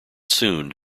soon